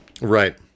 Right